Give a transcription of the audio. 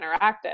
interactive